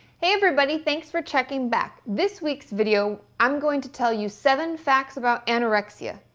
hey everybody, thanks for checking back. this week's video i'm going to tell you seven facts about anorexia.